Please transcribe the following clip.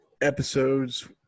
episodes